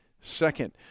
second